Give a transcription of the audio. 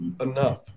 enough